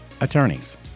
attorneys